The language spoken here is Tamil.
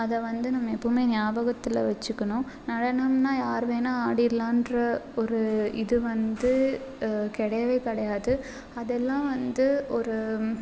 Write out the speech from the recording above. அதை வந்து நம்ம எப்போவுமே ஞாபகத்தில் வச்சிக்கணும் நடனம்னா யாரு வேணா ஆடிருலான்ற ஒரு இது வந்து கிடையவே கிடையாது அதெல்லாம் வந்து ஒரு